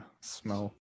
smell